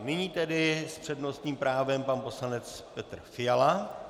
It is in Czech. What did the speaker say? Nyní tedy s přednostním právem pan poslanec Petr Fiala.